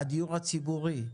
הדיור הציבורי,